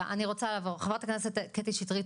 חברת הכנסת קטי שטרית.